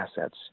assets